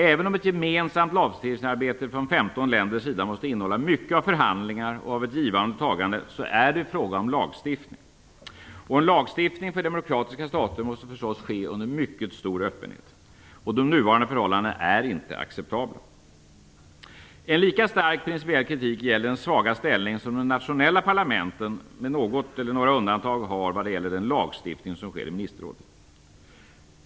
Även om ett gemensamt lagstiftningsarbete från 15 länders sida måste innehålla mycket av förhandlingar och ett givande och tagande, så är det fråga om lagstiftning, och en lagstiftning för demokratiska stater måste förstås ske under mycket stor öppenhet. De nuvarande förhållandena är inte acceptabla. En lika stark principiell kritik gäller den svaga ställning som de nationella parlamenten med något eller några undantag har vad gäller den lagstiftning som sker i ministerrådet.